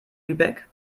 lübeck